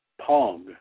Pong